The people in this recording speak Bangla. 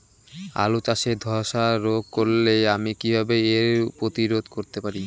আলু চাষে ধসা রোগ ধরলে আমি কীভাবে এর প্রতিরোধ করতে পারি?